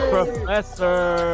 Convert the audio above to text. Professor